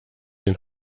den